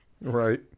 right